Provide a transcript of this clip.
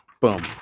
Boom